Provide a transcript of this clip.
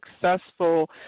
successful